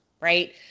right